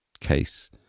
case